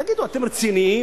תגידו, אתם רציניים?